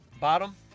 Bottom